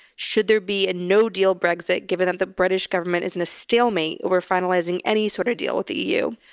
should there be a no deal brexit giving them the british government is in a stalemate over finalizing any sort of deal with the eu.